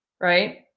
right